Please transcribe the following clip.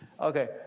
Okay